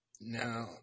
No